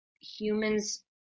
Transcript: humans